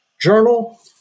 Journal